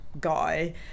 guy